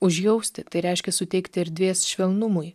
užjausti tai reiškia suteikti erdvės švelnumui